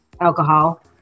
alcohol